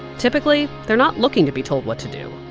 typically, they're not looking to be told what to do.